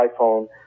iPhone